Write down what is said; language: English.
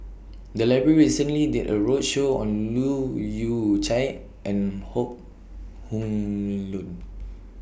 The Library recently did A roadshow on Leu Yew Chye and Hok Heng Leun